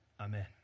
Amen